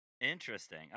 Interesting